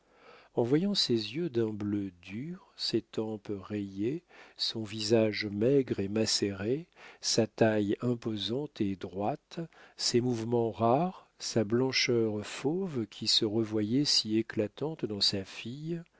en voyant ses yeux d'un bleu dur ses tempes rayées son visage maigre et macéré sa taille imposante et droite ses mouvements rares sa blancheur fauve qui se revoyait si éclatante dans sa fille